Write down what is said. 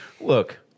look